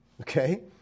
okay